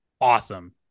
awesome